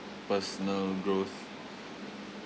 personal growth